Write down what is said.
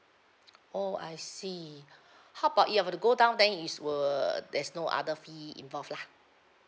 oh I see how about if I'd to go down then is will there's no other fee involved lah